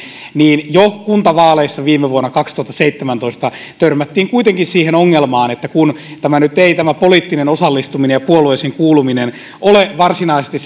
niin jo kuntavaaleissa viime vuonna kaksituhattaseitsemäntoista törmättiin kuitenkin siihen ongelmaan että kun poliittinen osallistuminen ja puolueisiin kuuluminen eivät ole varsinaisesti